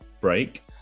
break